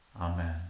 Amen